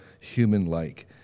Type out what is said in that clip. human-like